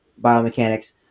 biomechanics